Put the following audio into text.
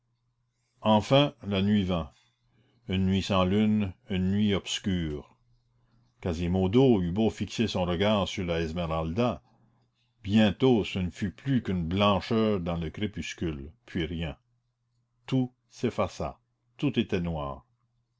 enfin la nuit vint une nuit sans lune une nuit obscure quasimodo eut beau fixer son regard sur la esmeralda bientôt ce ne fut plus qu'une blancheur dans le crépuscule puis rien tout s'effaça tout était noir